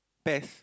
pest